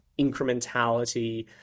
incrementality